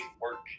work